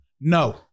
No